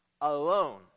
alone